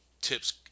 tips